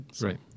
right